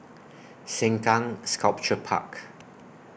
Sengkang Sculpture Park